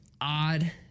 Odd